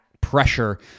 pressure